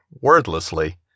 wordlessly